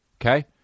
Okay